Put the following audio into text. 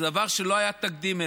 שזה דבר שלא היה לו תקדים,